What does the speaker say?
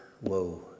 woe